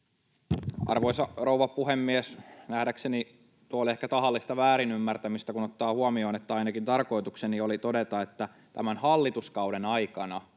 Arvoisa rouva puhemies! Nähdäkseni tuo oli ehkä tahallista väärinymmärtämistä, kun ottaa huomioon, että ainakin tarkoitukseni oli todeta, että tämän hallituskauden aikana